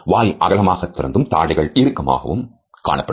வாய் அகலமாக திறந்தும் தாடைகள் இருக்கமாக காணப்படும்